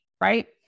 right